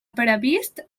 previst